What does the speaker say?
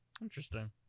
Interesting